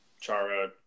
Chara